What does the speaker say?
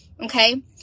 Okay